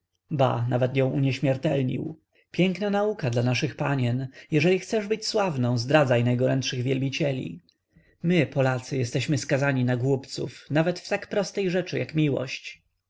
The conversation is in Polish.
ba nawet ją unieśmiertelnił piękna nauka dla naszych panien jeżeli chcesz być sławną zdradzaj najgorętszych wielbicieli my polacy jesteśmy skazani na głupców nawet w tak prostej rzeczy jak miłość